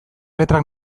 letrak